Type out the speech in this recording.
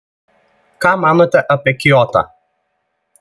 ką manote apie kiotą